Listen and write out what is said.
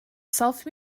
self